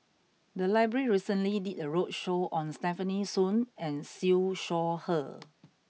the library recently did a roadshow on Stefanie Sun and Siew Shaw Her